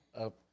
up